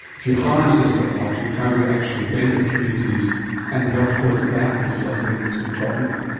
if you harness this technology, how would it actually benefit communities and help to close the gap, as lesley has been talking about?